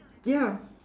ya